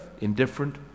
Indifferent